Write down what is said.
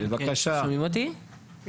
אני